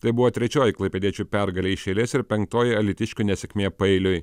tai buvo trečioji klaipėdiečių pergalė iš eilės ir penktoji alytiškių nesėkmė paeiliui